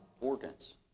organs